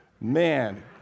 Man